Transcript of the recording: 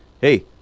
Hey